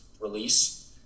release